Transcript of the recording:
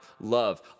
love